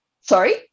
sorry